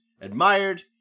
admired